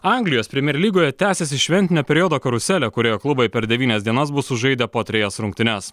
anglijos premier lygoje tęsiasi šventinio periodo karuselė kurioje klubai per devynias dienas bus sužaidę po trejas rungtynes